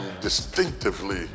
distinctively